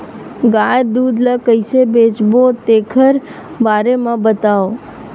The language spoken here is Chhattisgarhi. गाय दूध ल कइसे बेचबो तेखर बारे में बताओ?